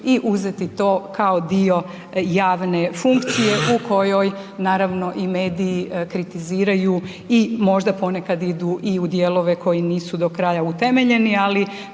i uzeti to kao dio javne funkcije u kojoj naravno i mediji kritiziraju i možda ponekad idu i u dijelove koji nisu do kraja utemeljeni ali